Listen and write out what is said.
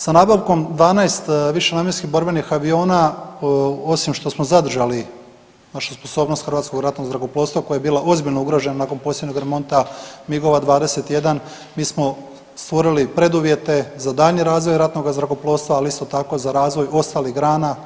Sa nabavkom 12 višenamjenskih borbenih aviona osim što smo zadržali naša sposobnosti Hrvatskog ratnog zrakoplovstva koja je bila ozbiljno ugrožena nakon posljednjeg remonta MIG-ova 21 mi smo stvorili preduvjete za daljnji razvoj ratnog zrakoplovstva, ali isto tako za razvoj ostalih grana.